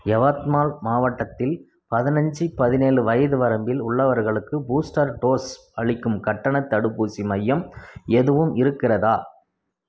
யவத்மால் மாவட்டத்தில் பதினஞ்சு பதினேழு வயது வரம்பில் உள்ளவர்களுக்கு பூஸ்டர் டோஸ் அளிக்கும் கட்டணத் தடுப்பூசி மையம் எதுவும் இருக்கிறதா